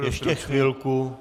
Ještě chvilku...